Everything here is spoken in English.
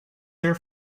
their